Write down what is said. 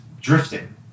drifting